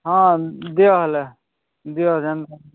ହଁ ଦିଅ ହେଲେ ଦିଅ ଯେନ୍